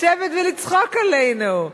לשבת ולצחוק עלינו.